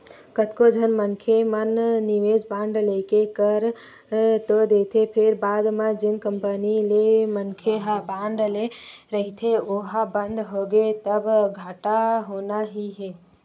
कतको झन मनखे मन निवेस बांड लेके कर तो देथे फेर बाद म जेन कंपनी ले मनखे ह बांड ले रहिथे ओहा बंद होगे तब घाटा होना ही हे